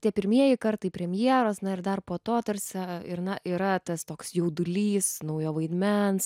tie pirmieji kartai premjeros na ir dar po to tarsi ir na yra tas toks jaudulys naujo vaidmens